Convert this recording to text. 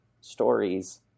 stories